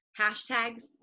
hashtags